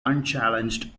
unchallenged